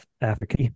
africa